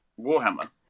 Warhammer